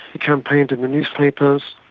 he campaigned in the newspapers.